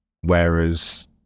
whereas